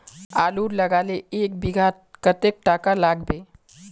आलूर लगाले एक बिघात कतेक टका लागबे?